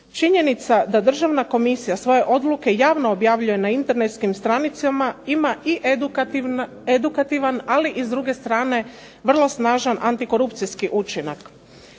Činjenica da držana komisija svoje odluke javno objavljuje na internetskim stranicama ima i edukativan ali i s druge strane vrlo snažan antikorupcijski učinak.